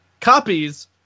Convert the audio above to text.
copies